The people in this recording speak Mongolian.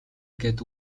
гээд